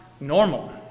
normal